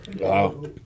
Wow